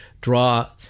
draw